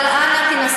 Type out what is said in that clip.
מה היא עושה